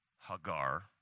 Hagar